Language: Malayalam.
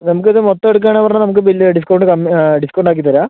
നമുക്ക് ഇത് മൊത്തം എടുക്കുവാണെന്ന് പറഞ്ഞാൽ നമുക്ക് ബില്ല് ഡിസ്കൗണ്ട് വന്ന് ഡിസ്കൗണ്ട് ആക്കിത്തെരാം